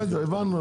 הבנו.